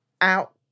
out